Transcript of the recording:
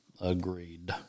agreed